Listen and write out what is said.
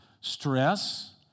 Stress